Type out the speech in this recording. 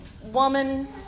woman